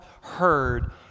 heard